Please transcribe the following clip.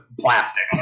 plastic